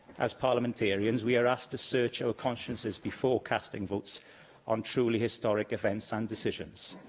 as parliamentarians, we are asked to search our consciences before casting votes on truly historic events and decisions.